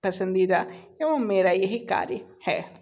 पसंदीदा एवं मेरा यही कार्य है